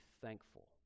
thankful